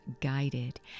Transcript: guided